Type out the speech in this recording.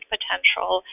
potential